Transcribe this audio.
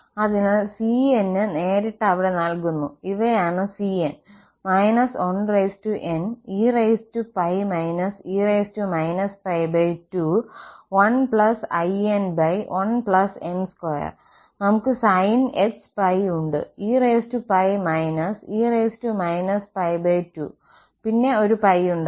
അതിനാൽ cns കൾ നേരിട്ട് അവിടെ നൽകുന്നു ഇവയാണ് cns കൾ −1n e e π2 1¿1n2 നമുക്ക് sinhπ ഉണ്ട് e e π2 പിന്നെ ഒരു π ഉണ്ടായിരുന്നു